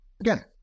Again